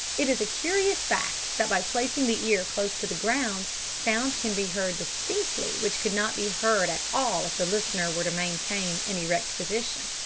it is a curious fact that by placing the ear close to the ground sounds can be heard distinctly which could not be heard at all if the listener were to maintain an erect position.